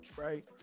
right